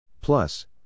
Plus